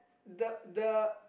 the the